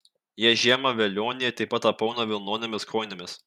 jie žiemą velionį taip pat apauna vilnonėmis kojinėmis